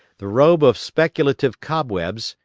the robe of speculative cobwebs,